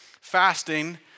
Fasting